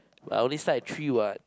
I only side three what